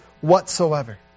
whatsoever